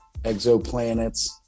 exoplanets